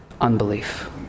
Unbelief